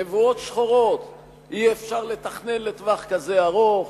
נבואות שחורות: אי-אפשר לתכנן לטווח כזה ארוך,